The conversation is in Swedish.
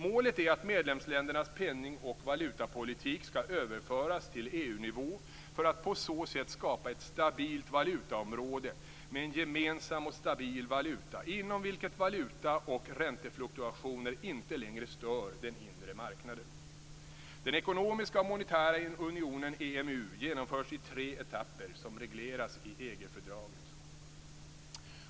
Målet är att medlemsländernas penning och valutapolitik skall överföras till EU-nivå för att på så sätt skapa ett stabilt valutaområde med en gemensam och stabil valuta inom vilket valuta och räntefluktuationer inte längre stör den inre marknaden. Den ekonomiska och monetära unionen, EMU, genomförs i tre etapper som regleras i EG-fördraget.